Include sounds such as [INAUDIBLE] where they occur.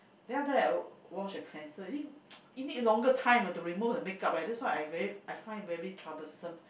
then after that I wash the cleanser you see [NOISE] you need longer time ah to remove the makeup leh that's why I very I find very troublesome